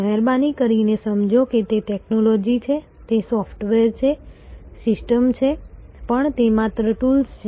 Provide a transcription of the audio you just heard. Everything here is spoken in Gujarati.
મહેરબાની કરીને સમજો કે તે ટેક્નોલોજી છે સોફ્ટવેર છે સિસ્ટમ્સ છે પણ તે માત્ર ટૂલ્સ છે